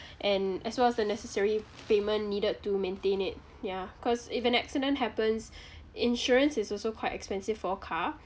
and as well as the necessary payment needed to maintain it ya cause if an accident happens insurance is also quite expensive for a car